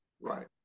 Right